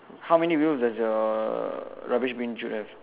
how many wheels does your rubbish bin chute have